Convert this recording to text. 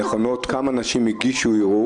התקנה היא מאוד חשובה,